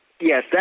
Yes